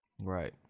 right